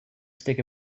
stick